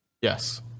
Yes